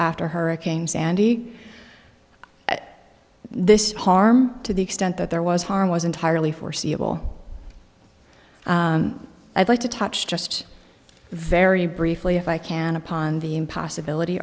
after hurricane sandy this harm to the extent that there was harm was entirely foreseeable i'd like to touch just very briefly if i can upon the impossibility